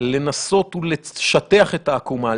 לנסות ולשטיח את העקומה,